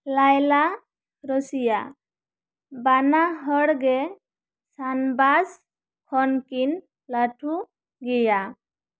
ᱞᱟᱭᱞᱟ ᱨᱚᱥᱤᱭᱟ ᱵᱟᱱᱟᱦᱚᱲ ᱜᱮ ᱥᱟᱱᱵᱟᱥ ᱠᱷᱚᱱ ᱠᱤᱱ ᱞᱟᱴᱷᱩ ᱜᱮᱭᱟ